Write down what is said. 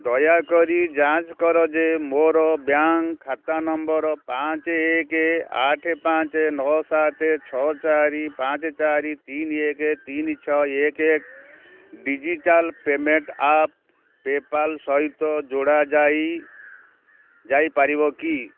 ଦୟାକରି ଯାଞ୍ଚ କର ଯେ ମୋର ବ୍ୟାଙ୍କ୍ ଖାତା ନମ୍ବର ପାଞ୍ଚ ଏକ ଆଠ ପାଞ୍ଚ ନଅ ସାତ ଛଅ ଚାରି ପାଞ୍ଚ ଚାରି ତିନି ଏକ ତିନି ଛଅ ଏକ ଏକ ଡ଼ିଜିଟାଲ୍ ପେମେଣ୍ଟ୍ ଆପ୍ ପେପାଲ୍ ସହିତ ଯୋଡ଼ା ଯାଇ ଯାଇପାରିବ କି